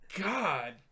God